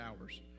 hours